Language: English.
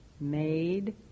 made